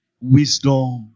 Wisdom